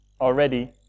already